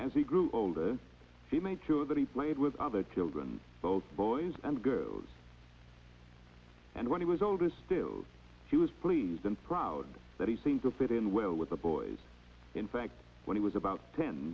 as he grew older he made sure that he played with other children both boys and girls and when he was older still he was pleased and proud that he seemed to fit in well with the boys in fact when he was about ten